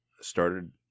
started